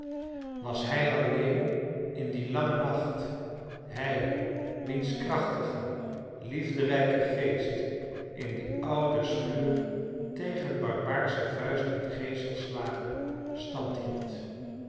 was hij alleen in dien langen nacht hij wiens krachtige liefderijke geest in die oude schuur tegen barbaarsche vuist en geeselslagen standhield